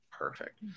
Perfect